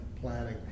planning